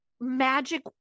magic